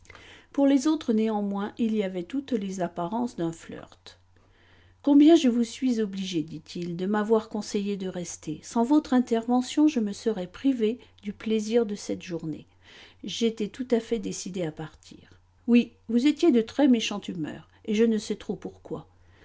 pour les autres néanmoins il y avait toutes les apparences d'un flirt combien je vous suis obligé dit-il de m'avoir conseillé de rester sans votre intervention je me serais privé du plaisir de cette journée j'étais tout à fait décidé à partir oui vous étiez de très méchante humeur et je ne sais trop pourquoi